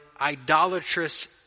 idolatrous